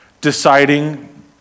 Deciding